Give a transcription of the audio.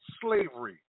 Slavery